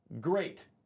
great